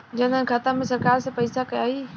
जनधन खाता मे सरकार से पैसा आई?